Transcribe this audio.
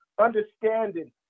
understanding